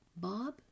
Bob